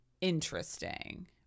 interesting